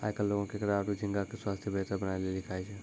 आयकल लोगें केकड़ा आरो झींगा के स्वास्थ बेहतर बनाय लेली खाय छै